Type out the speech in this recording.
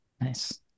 Nice